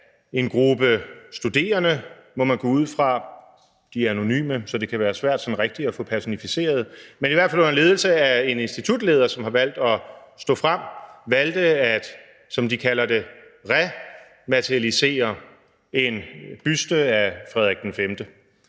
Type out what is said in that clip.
en gruppe studerende – må man gå ud fra, men de var anonyme, så det kan være svært sådan rigtigt at få dem personificeret – under ledelse af en institutleder, som har valgt at stå frem, valgte at, som de kalder det, rematerialisere en buste af Frederik V.